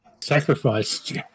sacrificed